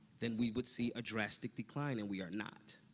then we would see a drastic decline, and we are not.